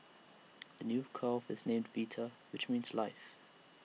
the new calf is named Vita which means life